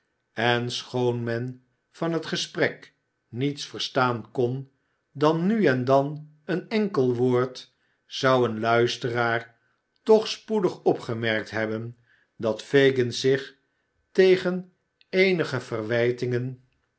en schoon men van het gesprek niets verstaan kon dan nu en dan een enkel woord zou een luisteraar toch spoedig opgemerkt hebben dat fagin zich tegen eenige verwijtingen